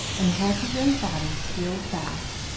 and healthy young bodies heal fast,